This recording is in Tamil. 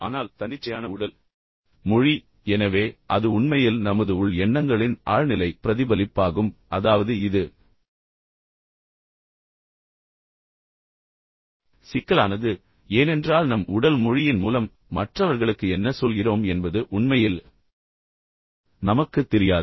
ஆனால் தன்னிச்சையான உடல் மொழி எனவே அது உண்மையில் நமது உள் எண்ணங்களின் ஆழ்நிலை பிரதிபலிப்பாகும் அதாவது இது சிக்கலானது ஏனென்றால் நம் உடல் மொழியின் மூலம் மற்றவர்களுக்கு என்ன சொல்கிறோம் என்பது உண்மையில் நமக்குத் தெரியாது